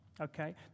Okay